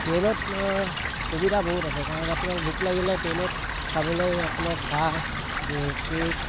ট্ৰেইনত সুবিধা বহুত আছে কাৰণ আপোনাৰ ভোক লাগিলে ট্ৰেইনত খাবলৈ আপোনাৰ চাহ কেক